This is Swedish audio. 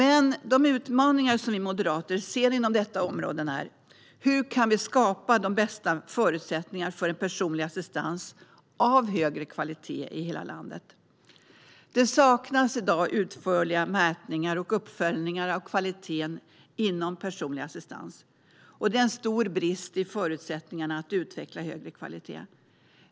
En utmaning som vi moderater ser inom detta område är: Hur kan vi skapa de bästa förutsättningarna för en personlig assistans av högre kvalitet i hela landet? Det saknas i dag utförliga mätningar och uppföljningar av kvaliteten inom personlig assistans. Det är en stor brist i förutsättningarna för att utveckla högre kvalitet.